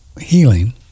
healing